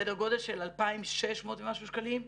סדר גודל של 2,600 ומשהו שקלים.